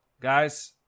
Guys